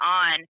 on